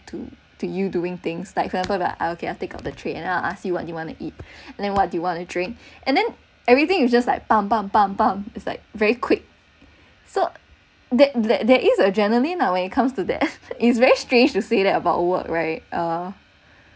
to to you doing things like for example but okay I'll take off the tray and I'll ask you what do you want to eat and then what do you want to drink and then everything you just like is like very quick so that there there is adrenaline lah when it comes to that it's very strange to say that about work right uh